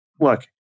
Look